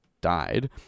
died